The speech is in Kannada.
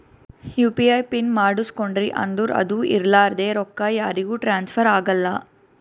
ಯು ಪಿ ಐ ಪಿನ್ ಮಾಡುಸ್ಕೊಂಡ್ರಿ ಅಂದುರ್ ಅದು ಇರ್ಲಾರ್ದೆ ರೊಕ್ಕಾ ಯಾರಿಗೂ ಟ್ರಾನ್ಸ್ಫರ್ ಆಗಲ್ಲಾ